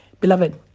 Beloved